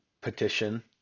petition